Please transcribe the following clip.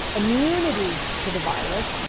immunity to the virus,